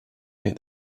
make